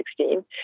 2016